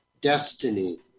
destiny